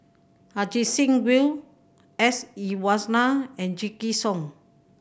Ajit Singh Gill S Iswaran and Song